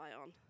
on